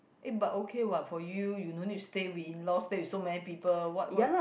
eh but okay what for you you no need to stay with in laws stay with so many people what what